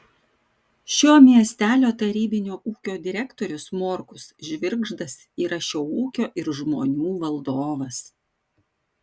šio miestelio tarybinio ūkio direktorius morkus žvirgždas yra šio ūkio ir žmonių valdovas